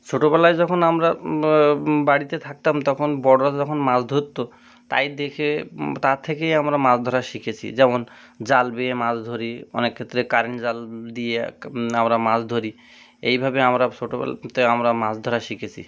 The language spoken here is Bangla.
ছোটোবেলায় যখন আমরা বাড়িতে থাকতাম তখন বড়রা তো তখন মাছ ধরত তাই দেখে তার থেকেই আমরা মাছ ধরা শিখেছি যেমন জাল বেয়ে মাছ ধরি অনেক ক্ষেত্রে কারেন্ট জাল দিয়ে ক্ আমরা মাছ ধরি এইভাবে আমরা ছোটোবেলাতে আমরা মাছ ধরা শিখেছি